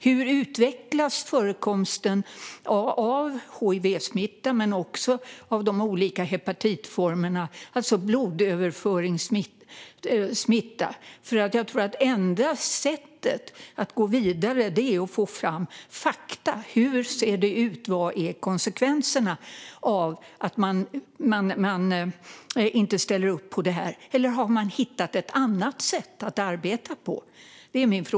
Hur utvecklas förekomsten av hivsmitta och de olika hepatitformerna, alltså blodöverföringssmitta? Jag tror att enda sättet att gå vidare är att få fram fakta om hur det ser ut och om vad som är konsekvenserna av att inte ställa upp på det här. Eller har man hittat ett annat sätt att arbeta på?